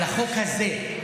על החוק הזה.